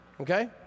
Okay